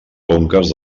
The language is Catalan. conques